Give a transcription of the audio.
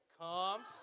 comes